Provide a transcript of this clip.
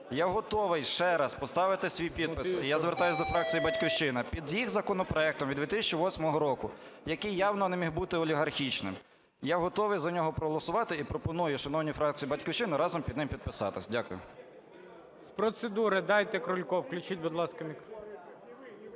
Я готовий ще раз поставити свій підпис, я звертаюсь до фракції "Батьківщина", під їх законопроектом від 2008 року, який явно не міг бути олігархічним. Я готовий за нього проголосувати і пропоную шановній фракції "Батьківщина" разом під ним підписатися. Дякую. ГОЛОВУЮЧИЙ. З процедури дайте Крульку, включіть, будь ласка, мікрофон.